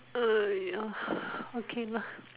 !aiyo! okay lah